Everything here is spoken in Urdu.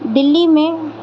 دلّی میں